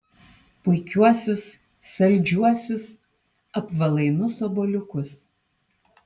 puikiuosius saldžiuosius apvalainus obuoliukus